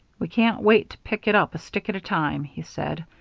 we can't wait to pick it up a stick at a time, he said.